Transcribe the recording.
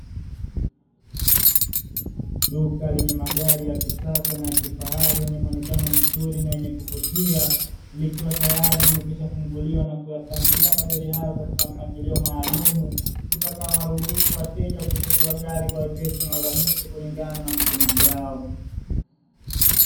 Duka lenye magari ya kisasa na ya kifahari yenye muonekano mzuri na wenye kuvutia likiwa tayari limekwisha kufunguliwa na kuyapangilia magari hayo katika mpangilio maalumu, utakaowaruhusu wateja kuchagua gari kwa wepesi na urahisi kulingana na mapenzi yao.